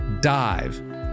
dive